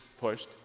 pushed